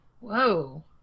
whoa